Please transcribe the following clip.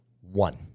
One